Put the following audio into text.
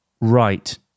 Right